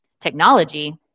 technology